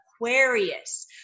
Aquarius